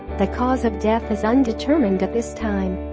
the cause of death is undetermined at this time